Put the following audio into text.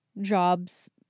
jobs